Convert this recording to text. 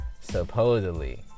supposedly